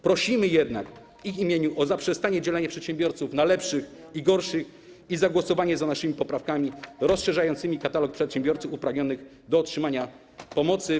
Prosimy jednak w ich imieniu o zaprzestanie dzielenia przedsiębiorców na lepszych i gorszych oraz zagłosowanie za naszymi poprawkami rozszerzającymi katalog przedsiębiorców uprawnionych do otrzymania pomocy.